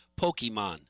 Pokemon